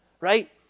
right